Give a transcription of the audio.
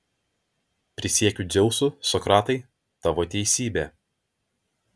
prisiekiu dzeusu sokratai tavo teisybė